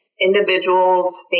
individuals